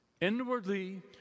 inwardly